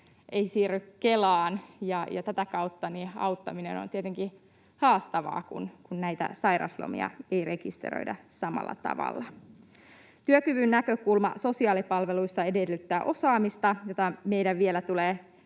ei siirry Kelaan, ja tätä kautta auttaminen on tietenkin haastavaa, kun näitä sairaslomia ei rekisteröidä samalla tavalla. Työkyvyn näkökulma sosiaalipalveluissa edellyttää osaamista, jota meidän vielä tulee